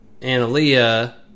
Analia